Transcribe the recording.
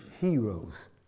heroes